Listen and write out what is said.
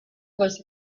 was